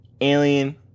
Alien